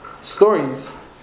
stories